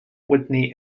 whitney